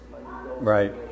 right